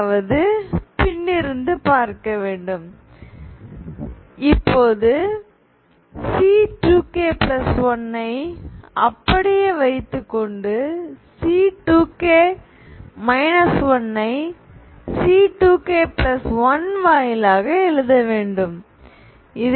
அதாவது C2k1 ஐ அப்படியே வைத்துக்கொண்டு C2k 1 ஐ C2k1 வாயிலாக எழுதவேண்டும்